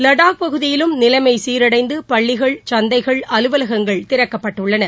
லடாக் பகுதியிலும் நிலைமை சீரடைந்து பள்ளிகள் சந்தைகள் அலுவலகங்கள் திறக்கப்பட்டுள்ளன